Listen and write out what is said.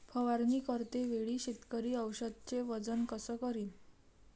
फवारणी करते वेळी शेतकरी औषधचे वजन कस करीन?